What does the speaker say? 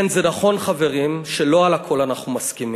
כן, זה נכון, חברים, שלא על הכול אנחנו מסכימים,